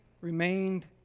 remained